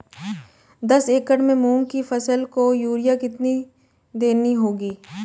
दस एकड़ में मूंग की फसल को यूरिया कितनी देनी होगी?